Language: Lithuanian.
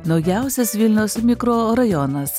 naujausias vilniaus mikrorajonas